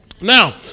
Now